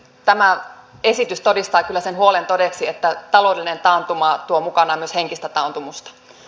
tämä esitys todistaa kyllä sen huolen todeksi että taloudellinen taantuma tuo mukanaan myös henkistä taantumusta